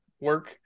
work